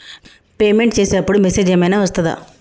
Payment చేసే అప్పుడు message ఏం ఐనా వస్తదా?